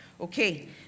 Okay